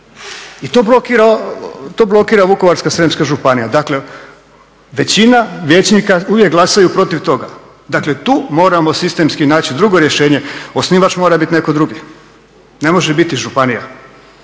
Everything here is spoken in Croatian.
i to blokira Vukovarsko-srijemska županija. Dakle, većina vijećnika uvijek glasaju protiv toga. Dakle, tu moramo sistemski naći drugo rješenje, osnivač mora biti netko drugi, ne može biti županija.